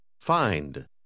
Find